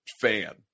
fan